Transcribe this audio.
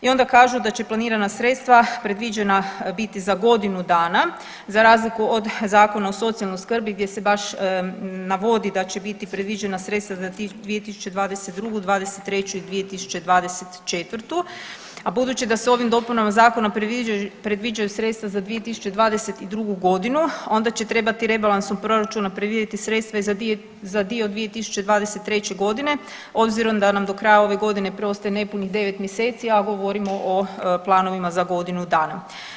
I onda kažu da će planirana sredstva predviđena biti za godinu dana za razliku od Zakona o socijalnoj skrbi gdje se baš navodi da će biti predviđena sredstva za 2022.-'23. i 2024., a budući da se ovim dopunama zakona predviđaju sredstava za 2022.g. onda će trebati rebalansom proračuna predvidjeti sredstva i za dio 2023.g. obzirom da nam do kraja ove godine preostaje nepunih 9 mjeseci, a govorimo o planovima za godinu dana.